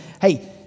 Hey